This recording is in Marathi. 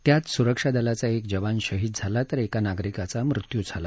त्यात सुरक्षा दलाचा एक जवान शहीद झाला तर एका नागरिकाचा मृत्यू झाला